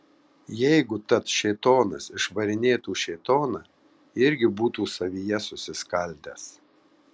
jeigu tad šėtonas išvarinėtų šėtoną irgi būtų savyje susiskaldęs